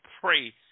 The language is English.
pray